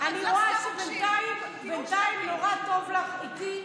אני רואה שבינתיים נורא טוב לך איתי,